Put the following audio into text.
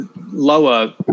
lower